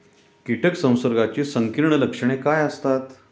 कीटक संसर्गाची संकीर्ण लक्षणे काय असतात?